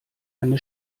eine